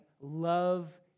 love